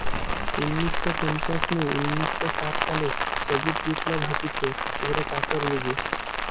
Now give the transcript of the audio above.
উনিশ শ পঞ্চাশ নু উনিশ শ ষাট সালে সবুজ বিপ্লব হতিছে যেটা চাষের লিগে